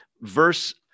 verse